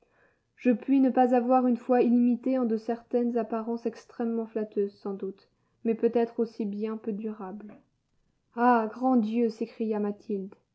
je puis ne pas avoir une foi illimitée en de certaines apparences extrêmement flatteuses sans doute mais peut-être aussi bien peu durables ah grand dieu s'écria mathilde